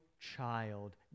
child